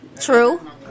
True